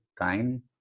time